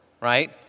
right